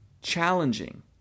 challenging